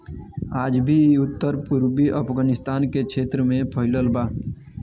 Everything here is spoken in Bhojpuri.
आज भी इ उत्तर पूर्वी अफगानिस्तान के क्षेत्र में फइलल बा